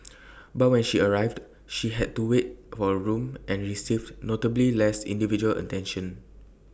but when she arrived she had to wait for A room and received notably less individual attention